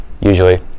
usually